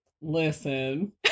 Listen